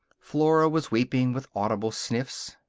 flora was weeping with audible sniffs.